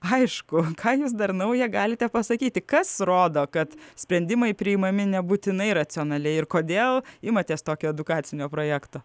aišku ką jus dar nauja galite pasakyti kas rodo kad sprendimai priimami nebūtinai racionaliai ir kodėl imatės tokio edukacinio projekto